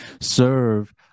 serve